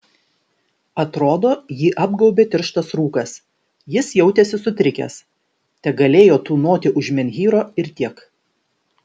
atrodo jį apgaubė tirštas rūkas jis jautėsi sutrikęs tegalėjo tūnoti už menhyro ir tiek